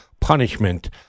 punishment